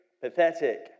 Pathetic